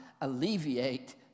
alleviate